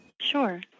Sure